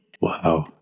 Wow